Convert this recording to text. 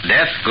Death